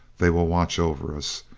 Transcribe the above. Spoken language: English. they will watch over us,